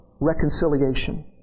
reconciliation